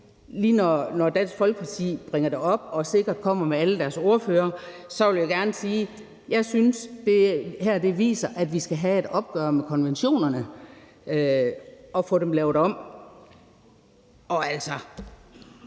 Lige når Dansk Folkeparti bringer det op og sikkert kommer med alle deres ordførere, vil jeg gerne sige: Jeg synes, det her viser, at vi skal have et opgør med konventionerne og få dem lavet om. Og altså,